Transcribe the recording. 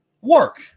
work